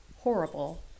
horrible